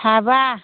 साबा